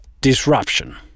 disruption